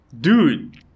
Dude